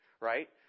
Right